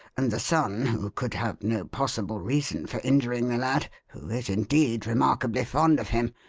and the son who could have no possible reason for injuring the lad, who is, indeed, remarkably fond of him,